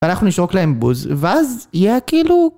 ואנחנו נשרוק להם בוז, ואז יהיה כאילו...